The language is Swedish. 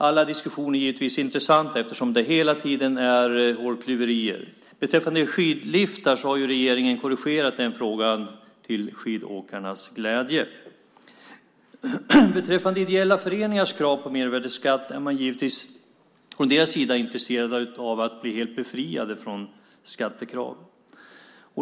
Alla diskussioner är givetvis intressanta eftersom det hela tiden är hårklyverier. Beträffande frågan om skidliftar har regeringen gjort en korrigering till skidåkarnas glädje. Beträffande ideella föreningars krav på mervärdesskatt är man givetvis från deras sida intresserade av att bli helt befriade från skattekrav.